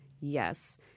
yes